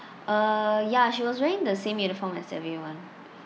uh ya she was wearing the same uniform as everyone